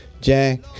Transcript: jack